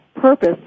purpose